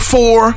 Four